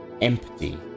empty